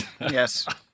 Yes